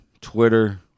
Twitter